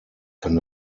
kann